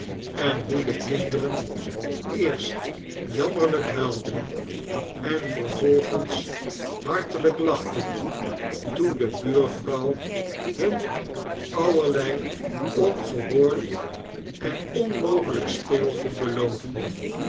en hoe de kinderen eerstjammerlijk huilden en vervolgens hartelijk lachten toen de buurvrouw hun allerlei ongehoord en onmogelijk speelgoed beloofde